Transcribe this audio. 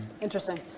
Interesting